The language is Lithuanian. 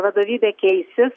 vadovybė keisis